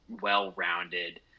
well-rounded